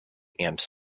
amps